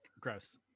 gross